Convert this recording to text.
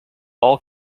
all